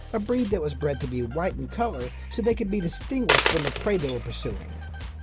a breed that was bred to be white in color so they could be distinguished from the prey they were pursuing.